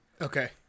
Okay